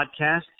podcast